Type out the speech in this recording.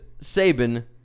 Saban